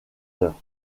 heures